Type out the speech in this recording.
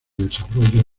desarrollo